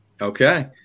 Okay